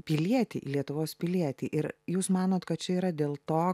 pilietį į lietuvos pilietį ir jūs manot kad čia yra dėl to